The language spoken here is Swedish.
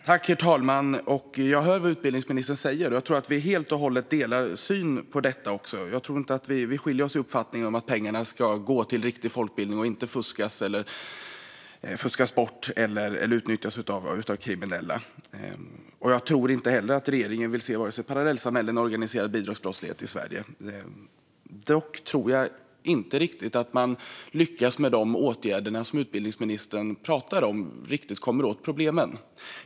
Herr talman! Jag hör vad utbildningsministern säger, och jag tror att vi helt och hållet delar syn på detta. Jag tror inte att vi skiljer oss åt i uppfattningen om att pengarna ska gå till riktig folkbildning och inte fuskas bort eller utnyttjas av kriminella. Jag tror inte heller att regeringen vill se vare sig parallellsamhällen eller organiserad bidragsbrottslighet i Sverige. Dock tror jag inte att de åtgärder som utbildningsministern pratar om riktigt kommer åt problemen.